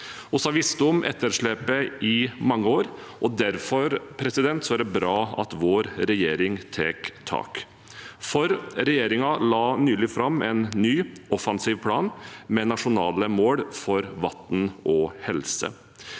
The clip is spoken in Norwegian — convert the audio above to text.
Vi har visst om etterslepet i mange år, og derfor er det bra at vår regjering tar tak. Regjeringen la nylig fram en ny, offensiv plan med nasjonale mål for vann og helse.